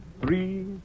three